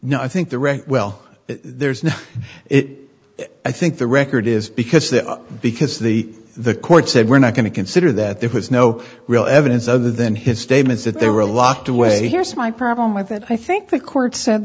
know i think the record well there's no it i think the record is because that because the the court said we're not going to consider that there was no real evidence other than his statements that they were locked away here's my problem with that i think the court said